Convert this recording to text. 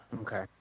Okay